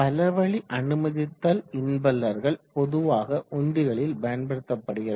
பல வழி அனுமதித்தல் இம்பெல்லர்கள் பொதுவாக உந்திகளில் பயன்படுத்தப்படுகிறது